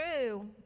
true